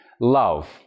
love